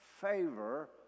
favor